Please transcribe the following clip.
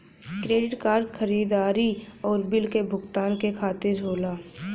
credit card खरीदारी आउर bill क भुगतान के खातिर होला